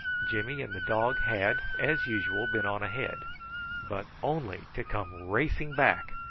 jimmy and the dog had, as usual, been on ahead but only to come racing back,